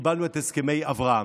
קיבלנו את הסכמי אברהם.